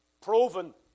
proven